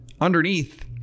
underneath